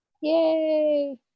Yay